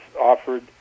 offered